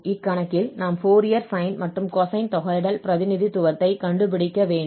இக்கணக்கில் நாம் Fourier sine மற்றும் cosine தொகையிடல் பிரதிநிதித்துவத்தைக் கண்டுபிடிக்க வேண்டும்